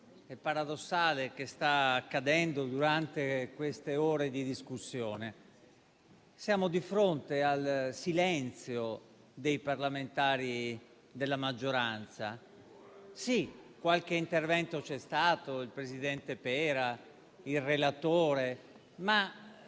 e paradossale che sta accadendo durante queste ore di discussione. Siamo di fronte al silenzio dei parlamentari della maggioranza. Sì, qualche intervento c'è stato: il presidente Pera, il relatore. Ma